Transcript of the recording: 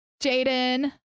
Jaden